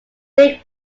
big